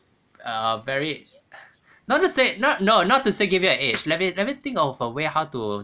a very not to say not no not to say give you an edge let me let me think of a way how to